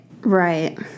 Right